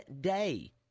day